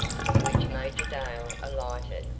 from which major dale alighted,